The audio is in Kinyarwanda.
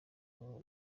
abo